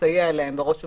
לסייע להם, בראש ובראשונה,